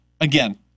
Again